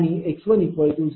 आणि x1 0